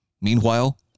Meanwhile